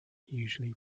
usually